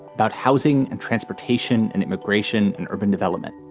about housing and transportation and immigration and urban development.